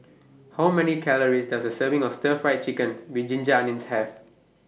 How Many Calories Does A Serving of Stir Fried Chicken with Ginger Onions Have